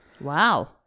Wow